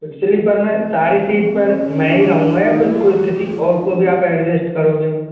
sleeper में सारी seat पर मैं ही रहूँगा या फिर कोई किसी और को भी आप एडजस्ट करोगे